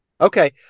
Okay